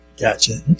Gotcha